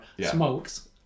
smokes